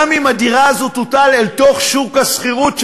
גם אם הדירה הזאת תוטל אל תוך שוק השכירות,